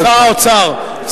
שר האוצר,